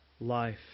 life